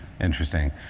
Interesting